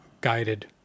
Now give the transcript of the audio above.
guided